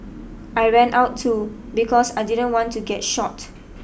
I ran out too because I didn't want to get shot